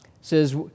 says